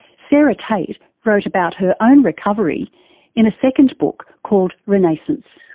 sarah tate wrote about her own recovery in a second book called renaissance.